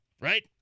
Right